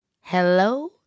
Hello